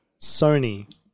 Sony